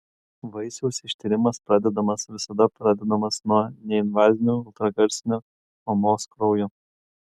vaisiaus ištyrimas pradedamas visada pradedamas nuo neinvazinių ultragarsinio mamos kraujo